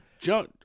Joe